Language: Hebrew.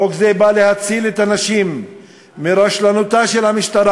חוק זה בא להציל את הנשים מרשלנותה של המשטרה,